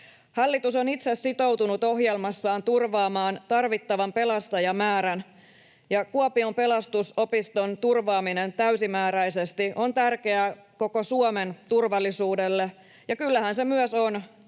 Hallitus on itse sitoutunut ohjelmassaan turvaamaan tarvittavan pelastajamäärän. Kuopion pelastusopiston turvaaminen täysimääräisesti on tärkeä koko Suomen turvallisuudelle, ja kyllähän se myös on